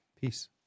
Peace